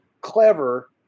clever